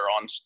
on